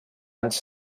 anys